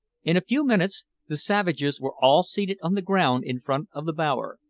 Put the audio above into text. in a few minutes the savages were all seated on the ground in front of the bower,